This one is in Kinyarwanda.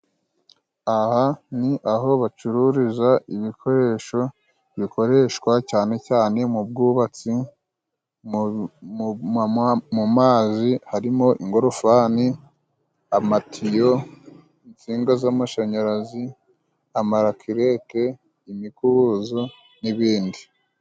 Aha ni aho bacururiza ibikoresho bikoreshwa cyane cyane mu bwubatsi, mu mazi harimo ingorofani, amatiyo, insinga z'amashanyarazi, amarakirete, imikubuzo n'ibindi.